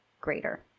greater